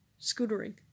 scootering